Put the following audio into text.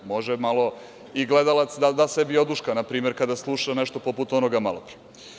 Može malo i gledalac da da sebi oduška, na primer, kada sluša nešto poput onoga malo pre.